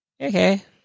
Okay